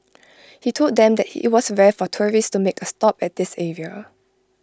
he told them that he IT was rare for tourists to make A stop at this area